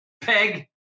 peg